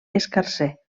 escarser